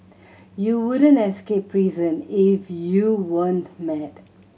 you wouldn't escape prison if you weren't mad